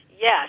Yes